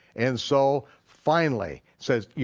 and so finally, says you